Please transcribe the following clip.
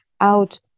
out